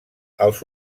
els